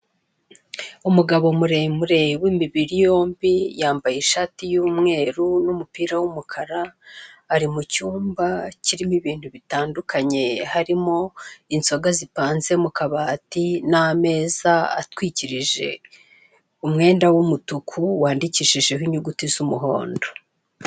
Umugabo muremure w'imibiri yombi yambaye ishati y'umweru n'umupira w'umukara. Ari mu cyumba kirimo ibintu bitandukanye, harimo inzoga zipanze mu kabati n'ameza atwikirije umwenda w'umutuku, wandikishijeho inyuguti z'umuhondo.